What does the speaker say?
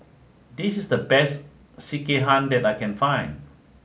this is the best Sekihan that I can find